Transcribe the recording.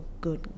good